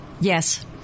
Yes